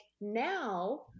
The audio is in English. now